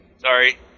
Sorry